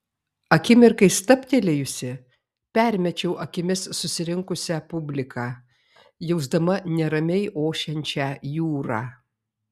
akimirkai stabtelėjusi permečiau akimis susirinkusią publiką jausdama neramiai ošiančią jūrą